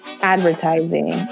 advertising